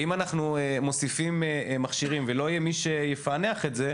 אם אנחנו מוסיפים מכשירים ולא יהיה מי שיפענח את זה,